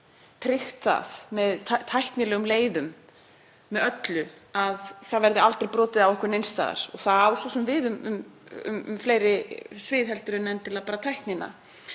tryggt það með tæknilegum leiðum með öllu að það verði aldrei brotið á okkur neins staðar og það á svo sem við um fleiri svið en endilega bara tæknina.